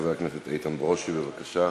חבר הכנסת איתן ברושי, בבקשה.